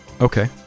Okay